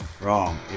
Wrong